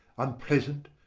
unpleasant,